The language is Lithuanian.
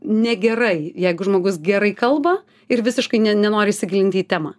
negerai jeigu žmogus gerai kalba ir visiškai ne nenori įsigilinti į temą